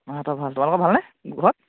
মাহতৰ ভাল তোমালোকৰ ভালনে ঘৰত